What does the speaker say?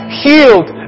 healed